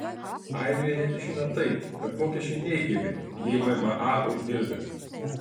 airijoje net išeina taip kad mokesčiai neigiami jei mma uždirbi